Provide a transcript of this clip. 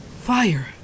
Fire